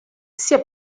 sia